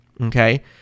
Okay